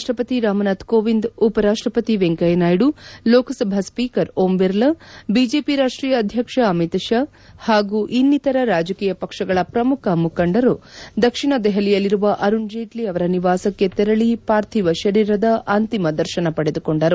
ರಾಷ್ಟಪತಿ ರಾಮನಾಥ್ ಕೋವಿಂದ್ ಉಪರಾಷ್ಟಪತಿ Venkaiah Naidu Lok Sabha speaker Om Birla BJP ರಾಷ್ಟೀಯ ಅಧ್ಯಕ್ಷ ಅಮಿತ್ ಶಾ ಪಾಗೂ ಇನ್ನಿತರ ರಾಜಕೀಯ ಪಕ್ಷಗಳ ಪ್ರಮುಖ ಮುಖಂಡರು ದಕ್ಷಿಣ ದೆಹಲಿಯಲ್ಲಿರುವ ಅರುಣ್ ಜೇಟ್ಲಿ ಅವರ ನಿವಾಸಕ್ಕೆ ತೆರಳಿ ಪಾರ್ಧೀವ ಶರೀರದ ಅಂತಿಮ ದರ್ಶನ ಪಡೆದುಕೊಂಡರು